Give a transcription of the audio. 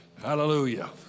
Hallelujah